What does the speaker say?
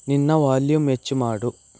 ನಿನ್ನ ವಾಲ್ಯೂಮ್ ಹೆಚ್ಚು ಮಾಡು